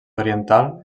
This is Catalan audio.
oriental